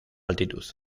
altitud